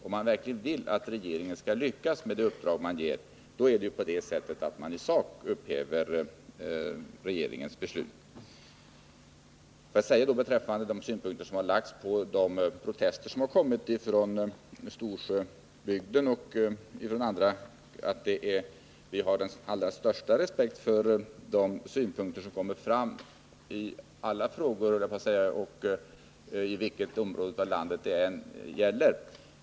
Om man verkligen vill att regeringen skall lyckas med det uppdrag man ger den, så innebär det att man i sak upphäver regeringens beslut. Låt mig säga beträffande de protester som kommit från Storsjöbygden och från andra håll att vi har den allra största respekt för alla meningsyttringar, vilken fråga och vilket område i landet det än gäller.